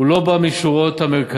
הוא לא בא משורות המרכז,